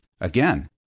again